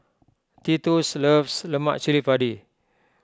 Titus loves Lemak Cili Padi